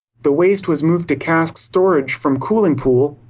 the waste was moved to cask storage from cooling pool,